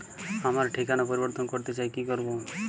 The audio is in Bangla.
আমার ঠিকানা পরিবর্তন করতে চাই কী করব?